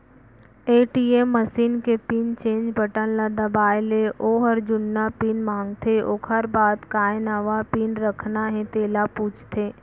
ATM machine के pin change button ल दबाए ले ओहर जुन्ना पिन मांगथे ओकर बाद काय नवा पिन रखना हे तेला पूछथे